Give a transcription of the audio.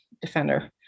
defender